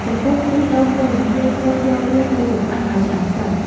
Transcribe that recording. ចំពោះ ខ្ទិះដូងវិញ យើងត្រូវយកវាទៅចម្អិនអោយឆ្អិនសិន។